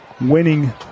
winning